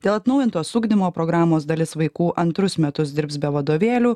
dėl atnaujintos ugdymo programos dalis vaikų antrus metus dirbs be vadovėlių